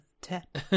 tap